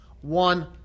one